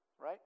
right